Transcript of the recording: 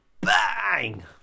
Bang